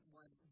one